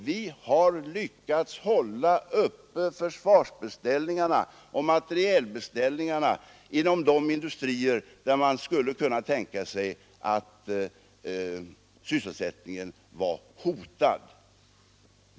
Vi har lyckats hålla uppe försvarsbeställningarna och materielbeställningarna inom de industrier där man skulle kunna tänka sig att sysselsättningen var hotad.